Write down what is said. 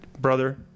Brother